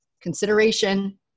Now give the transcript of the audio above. consideration